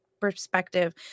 perspective